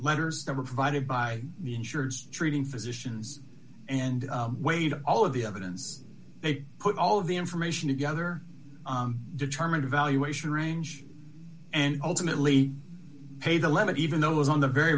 letters that were provided by the insurers treating physicians and weighed all of the evidence they put all of the information together determined evaluation range and ultimately paid the limit even though it was on the very